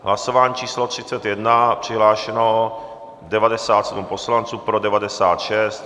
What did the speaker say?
Hlasování číslo 31, přihlášeno 97 poslanců, pro 96.